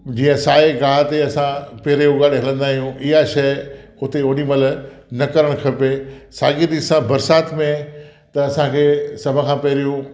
जीअं साई गाह ते असां पेर उघाड़े हलंदा आहियूं इहा शइ उते ओॾीमहिल न करणु खपे साॻी रीति सां बरसाति में त असांखे सभु खां पहिरियों